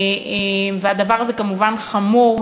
והדבר הזה כמובן חמור.